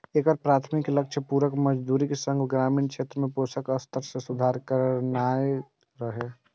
एकर प्राथमिक लक्ष्य पूरक मजदूरीक संग ग्रामीण क्षेत्र में पोषण स्तर मे सुधार करनाय रहै